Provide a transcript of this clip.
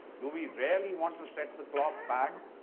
do we really want to set the clock back,